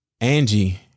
Angie